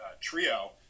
trio